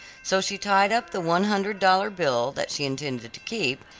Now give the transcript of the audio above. so she tied up the one hundred dollar bill, that she intended to keep,